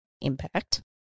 impact